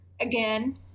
Again